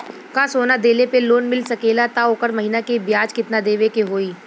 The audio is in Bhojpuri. का सोना देले पे लोन मिल सकेला त ओकर महीना के ब्याज कितनादेवे के होई?